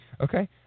Okay